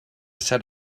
set